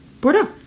Bordeaux